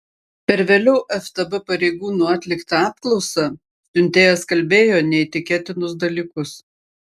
per vėliau ftb pareigūnų atliktą apklausą siuntėjas kalbėjo neįtikėtinus dalykus